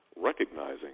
recognizing